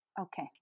Okay